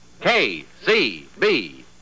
KCB